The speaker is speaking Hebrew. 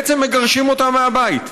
בעצם מגרשים אותם מהבית,